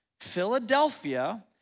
Philadelphia